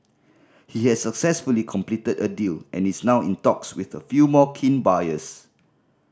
he has successfully completed a deal and is now in talks with a few more keen buyers